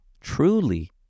truly